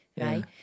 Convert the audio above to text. right